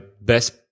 best